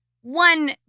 one